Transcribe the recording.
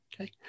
Okay